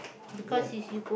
ya